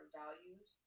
values